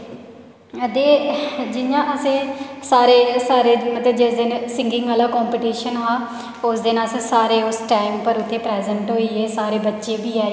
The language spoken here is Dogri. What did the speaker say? ते जि'यां असें सारे सारे मतलब जिस दिन सिंगिंग आह्ला कंपीटिशन हा उस दिन असें सारें उस दिन उस टाईम पर प्रजेंट होई गे सारे आई गे सारे बच्चे आई गे